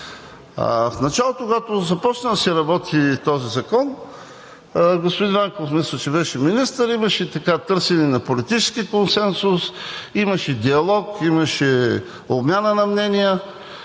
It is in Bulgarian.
В началото, когато започна да се работи този закон – господин Нанков мисля, че беше министър, имаше търсене на политически консенсус, имаше диалог, имаше обмяна на мнения.